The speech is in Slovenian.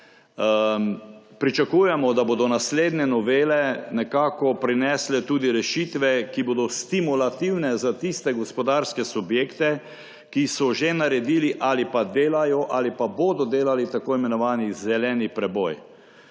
Pričakujemo, da bodo naslednje novele nekako prinesle tudi rešitve, ki bodo stimulativne za tiste gospodarske subjekte, ki so že naredili ali pa delajo ali pa bodo delali tako imenovani zeleni preboj.